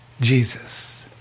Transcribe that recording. Jesus